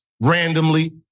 randomly